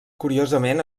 curiosament